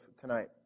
tonight